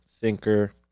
thinker